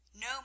no